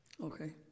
Okay